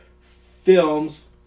films